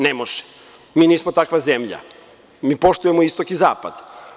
Ne može, mi nismo takva zemlja, mi poštujemo istok i zapad.